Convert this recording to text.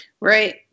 Right